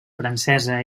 francesa